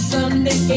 Sunday